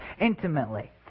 intimately